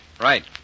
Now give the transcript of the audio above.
Right